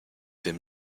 dim